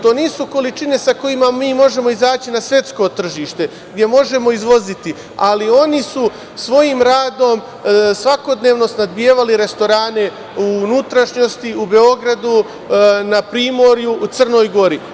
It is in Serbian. To nisu količine sa kojima mi možemo izaći na svetsko tržište gde možemo izvoziti, ali oni su svojim radom svakodnevno snabdevali restorane u unutrašnjosti, u Beogradu, na primorju, u Crnoj Gori.